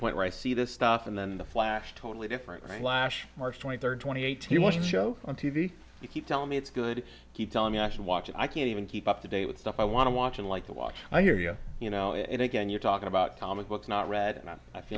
point where i see this stuff and then the flash totally different flash march twenty third twenty eighth you want to show on t v you keep telling me it's good keep telling me i should watch i can't even keep up to date with stuff i want to watch and like to watch i hear you you know and again you're talking about comic books not read